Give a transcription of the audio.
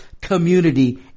community